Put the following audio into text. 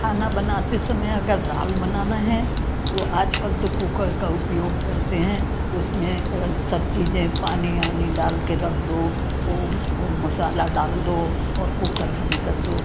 खाना बनाते समय अगर दाल बनाना है तो आजकल तो कूकर का उपयोग करते हैं उसमें सब चीज़ें पानी ओनी डालके रख दो ओ ओ मसाला डाल दो और कुकर बंद कर दो